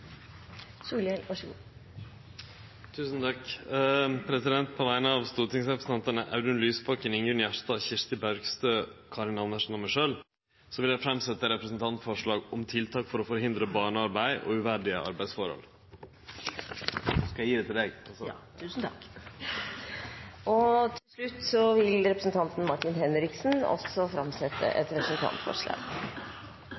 Solhjell vil framsette et representantforslag. På vegner av stortingsrepresentantane Audun Lysbakken, Ingunn Gjerstad, Kirsti Bergstø, Karin Andersen og meg sjølv vil eg setje fram eit representantforslag om tiltak for å forhindre barnearbeid og uverdige arbeidsforhold. Representanten Martin Henriksen vil framsette et representantforslag.